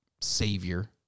savior